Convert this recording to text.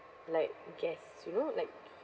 like guest you know like